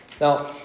Now